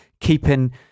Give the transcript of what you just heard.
keeping